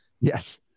yes